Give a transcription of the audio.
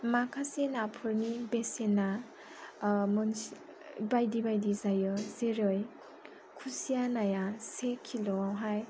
माखासे नाफोरनि बेसेना मोनसे बायदि बायदि जायो जेरै खुसिया नाया से किल' आवहाय